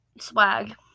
swag